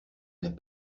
n’as